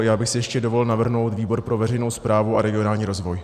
Já bych si ještě dovolil navrhnout výbor pro veřejnou správu a regionální rozvoj.